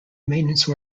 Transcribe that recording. maintenance